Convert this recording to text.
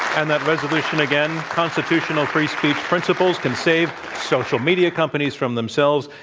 and that resolution again, constitutional free speech principles can save social media companies from themselves.